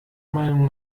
meinung